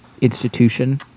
institution